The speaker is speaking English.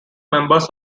members